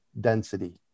density